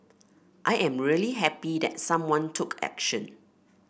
I am really happy that someone took action